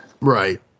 Right